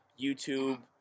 youtube